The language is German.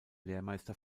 lehrmeister